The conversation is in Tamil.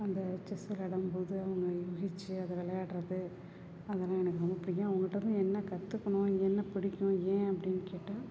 அந்த செஸ் விளையாடும்போது அவங்க அதை விளையாடுறது அதலாம் எனக்கு ரொம்ப பிடிக்கும் அவங்கள்ட்ட இருந்து என்ன கற்றுக்கணும் என்ன பிடிக்கும் ஏன் அப்படினு கேட்டால்